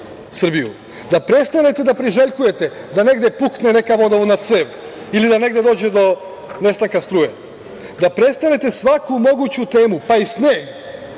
da prestanete da priželjkujete da negde pukne neka vodovodna cev ili da negde dođe do nestanka struje, da prestanete svaku moguću temu, pa i sneg